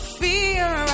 fear